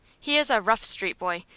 he is a rough street boy,